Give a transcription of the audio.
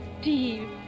Steve